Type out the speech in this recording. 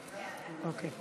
חכו רגע.